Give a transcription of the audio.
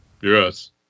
Yes